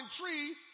tree